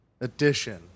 edition